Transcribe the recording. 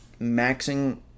maxing